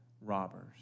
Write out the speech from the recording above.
robbers